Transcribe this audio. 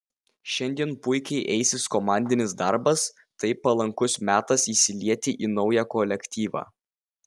šiandien puikiai eisis komandinis darbas tai palankus metas įsilieti į naują kolektyvą